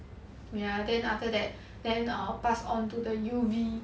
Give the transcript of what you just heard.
ya then after that then err pass onto the U_V